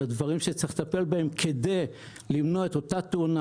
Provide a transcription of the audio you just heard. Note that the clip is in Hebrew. הדברים שצריך לטפל בהם כדי למנוע את אותה תאונה,